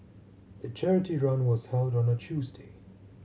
the charity run was held on a Tuesday